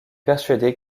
persuadé